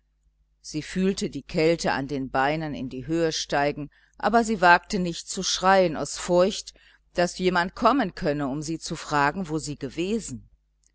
sie fühlte die kälte an den beinen in die höhe steigen aber sie wagte nicht zu schreien aus furcht daß jemand kommen könne um sie zu fragen wo sie gewesen